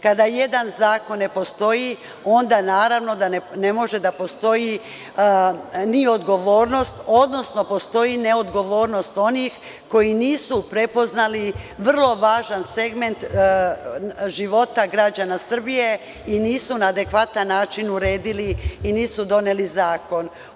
Kada jedan zakon ne postoji, onda naravno da ne može da postoji ni odgovornost, odnosno postoji ne odgovornost onih koji nisu prepoznali vrlo važan segment života građana Srbije i nisu doneli zakon.